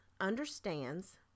understands